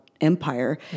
empire